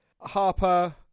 Harper